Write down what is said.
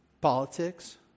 politics